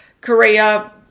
Korea